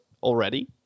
already